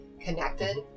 connected